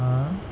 ah